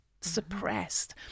suppressed